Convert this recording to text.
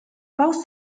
baust